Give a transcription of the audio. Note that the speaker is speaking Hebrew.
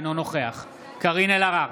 אינו נוכח קארין אלהרר,